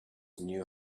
knew